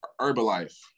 herbalife